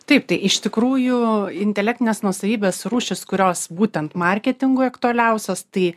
taip tai iš tikrųjų intelektinės nuosavybės rūšys kurios būtent marketingui aktualiausios tai